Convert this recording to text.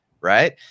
Right